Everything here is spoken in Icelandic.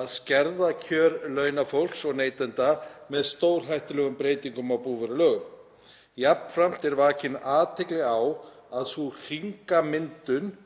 að skerða kjör launafólks og neytenda með stórhættulegum breytingum á búvörulögum. Jafnframt er vakin athygli á að sú hringamyndun